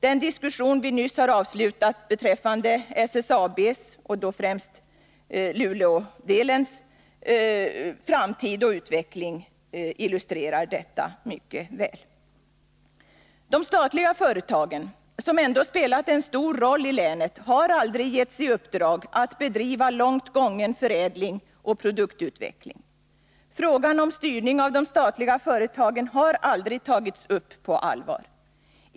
Den diskussion som vi nyss har avslutat beträffande SSAB:s, och 27 november 1981 då främst Luleådelens, framtid och utveckling illustrerar detta mycket De statliga företagen, som ändå har spelat en stor roll i länet, har aldrig getts i uppdrag att bedriva långt gången förädling och produktutveckling. Frågan om styrning av de statliga företagen har aldrig tagits upp på allvar.